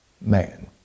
man